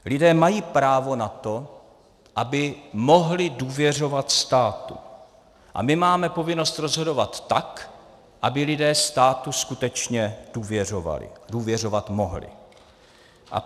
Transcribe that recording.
Lidé mají právo na to, aby mohli důvěřovat státu, a my máme povinnost rozhodovat tak, aby lidé státu skutečně důvěřovali a důvěřovat mohli.